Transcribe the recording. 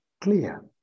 clear